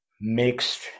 mixed